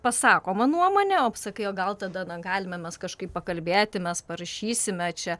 pasakoma nuomonė sakai o gal tada na galime mes kažkaip pakalbėti mes parašysime čia